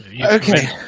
Okay